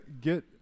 get